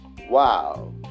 Wow